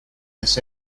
this